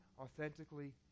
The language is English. authentically